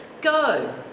Go